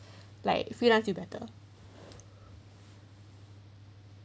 like freelance you better